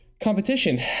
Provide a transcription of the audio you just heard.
competition